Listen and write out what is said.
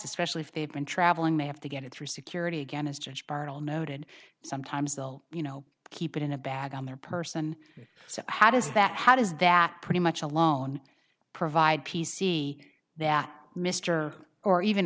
especially if they've been traveling they have to get it through security again as judge bartol noted sometimes they'll you know keep it in a bag on their person so how does that how does that pretty much alone provide p c that mr or even